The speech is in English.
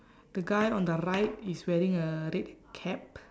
the guy on the right is wearing a red cap